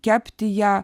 kepti ją